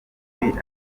john